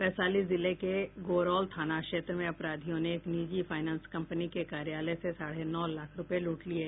वैशाली जिले के गोरौल थाना क्षेत्र में अपराधियों ने एक निजी फाइनेंस कंपनी के कार्यालय से साढ़े नौ लाख रुपये लूट लिये